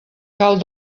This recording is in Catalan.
cal